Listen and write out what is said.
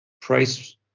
price